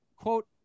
quote